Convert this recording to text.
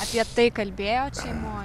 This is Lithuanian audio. apie tai kalbėjot šeimoj